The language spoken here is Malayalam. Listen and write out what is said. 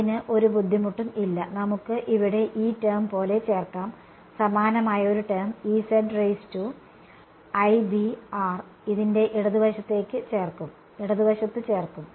അതിന് ഒരു ബുദ്ധിമുട്ടും ഇല്ല നമുക്ക് ഇവിടെ ഈ ടേo പോലെ ചേർക്കാം സമാനമായ ഒരു ടേo ഇതിന്റെ ഇടതുവശത്ത് ചേർക്കും